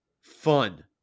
fun